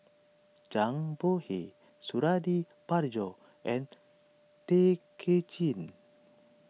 Zhang Bohe Suradi Parjo and Tay Kay Chin